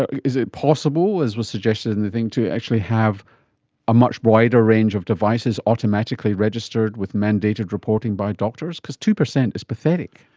ah is it possible, as was suggested in the thing, to actually have a much wider range of devices automatically registered, with mandated reporting by doctors? because two percent is pathetic.